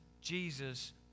Jesus